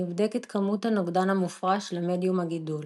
נבדקת כמות הנוגדן המופרש למדיום הגידול.